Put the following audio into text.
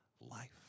life